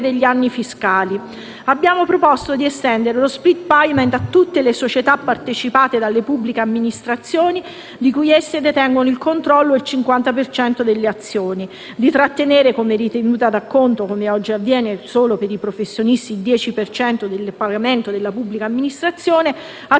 degli anni fiscali. Abbiamo proposto di estendere lo *split payment* a tutte le società partecipate dalle pubbliche amministrazioni di cui esse detengano il controllo o il 50 per cento delle azioni, di trattenere come ritenuta d'acconto - come oggi avviene solo per i professionisti - il 10 per cento del pagamento delle pubbliche amministrazioni a